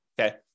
okay